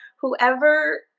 whoever